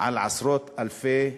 על עשרות אלפי אנשים,